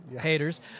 haters